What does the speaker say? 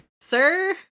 sir